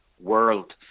world